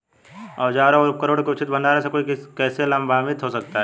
औजारों और उपकरणों के उचित भंडारण से कोई कैसे लाभान्वित हो सकता है?